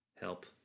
Help